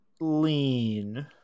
Lean